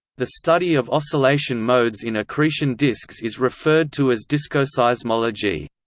the study of oscillation modes in accretion disks is referred to as diskoseismology